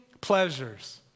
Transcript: pleasures